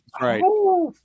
Right